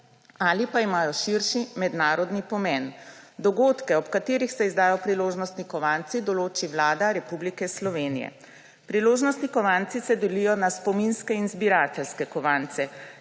ali pa imajo širši mednarodni pomen. Dogodke, ob katerih se izdajo priložnostni kovanci, določi Vlada Republike Slovenije. Priložnostni kovanci se delijo na spominske in zbirateljske kovance.